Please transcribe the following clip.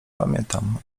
pamiętam